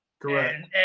Correct